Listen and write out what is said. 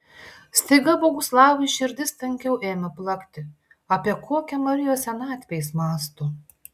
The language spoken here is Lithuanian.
staiga boguslavui širdis tankiau ėmė plakti apie kokią marijos senatvę jis mąsto